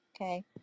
Okay